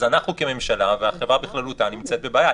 אז אנחנו כממשלה והחברה בכללותה נמצאת בבעיה.